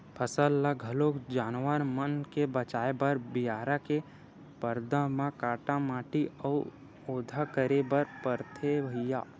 फसल ल घलोक जानवर मन ले बचाए बर बियारा के परदा म काटा माटी अउ ओधा करे बर परथे भइर